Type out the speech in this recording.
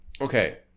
Okay